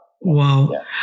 Wow